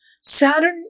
Saturn